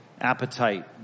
appetite